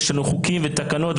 ויש לנו חוקים ותקנות,